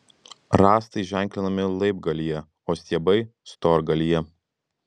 rąstai ženklinami laibgalyje o stiebai storgalyje